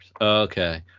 okay